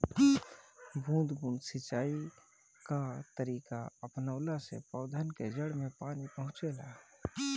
बूंद बूंद सिंचाई कअ तरीका अपनवला से पौधन के जड़ में पानी पहुंचेला